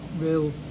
real